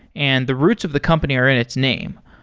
and the roots of the company are in its name.